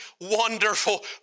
wonderful